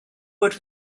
would